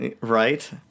Right